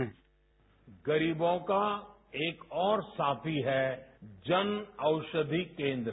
sound bite गरीबों का एक और साथी है जन औषधि केन्द्र